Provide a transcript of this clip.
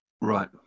Right